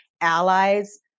allies